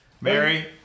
Mary